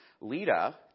Lita